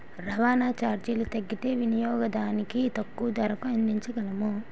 రవాణా చార్జీలు తగ్గితే వినియోగదానికి తక్కువ ధరకు అందించగలము